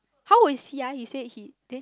how old is he ah you said he then